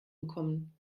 bekommen